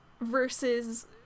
versus